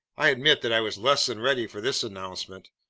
i admit that i was less than ready for this announcement.